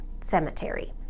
cemetery